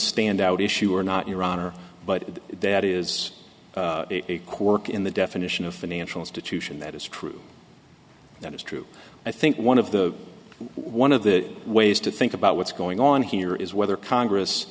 standout issue or not your honor but that is a quirk in the definition of financial institution that is true that is true i think one of the one of the ways to think about what's going on here is whether congress